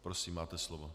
Prosím, máte slovo.